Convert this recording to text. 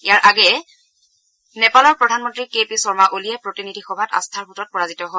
ইয়াৰ আগেয়ে নেপাল প্ৰধানমন্ত্ৰী K P Sharma অলিয়ে প্ৰতিনিধি সভাত আস্থাৰ ভোটত পৰাজিত হয়